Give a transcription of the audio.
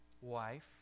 wife